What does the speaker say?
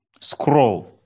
scroll